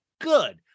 good